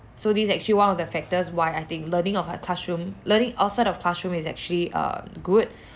so this is actually one of the factors why I think learning off a classroom learning outside of classroom is actually uh good